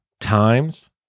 Times